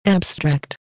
Abstract